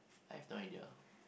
I have no idea